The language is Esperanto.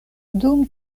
dum